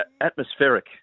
atmospheric